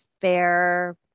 fair